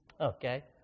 Okay